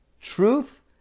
truth